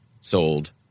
sold